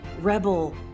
rebel